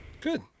Good